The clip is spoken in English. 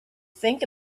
think